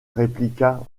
répliqua